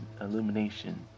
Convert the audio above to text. illumination